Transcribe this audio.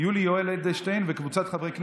יולי יואל אדלשטיין וקבוצת חברי הכנסת.